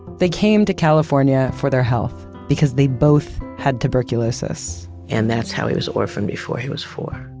they came to california for their health because they both had tuberculosis and that's how he was orphaned before he was four